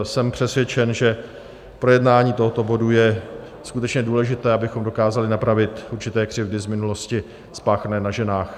Jsem přesvědčen, že projednání tohoto bodu je skutečně důležité, abychom dokázali napravit určité křivdy z minulosti spáchané na ženách.